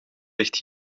licht